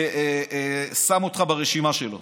שם אותך ברשימה שלו.